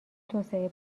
توسعه